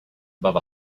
above